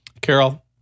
Carol